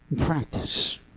practice